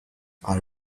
our